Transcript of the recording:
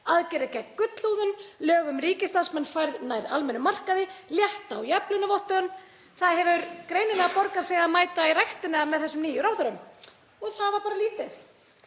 aðgerðir gegn gullhúðun, lög um ríkisstarfsmenn færð nær almennum markaði, létta á jafnlaunavottun. Það hefur greinilega borgað sig að mæta í ræktina með þessum nýju ráðherrum — og það var bara lítið.